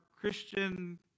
Christian